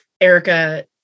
Erica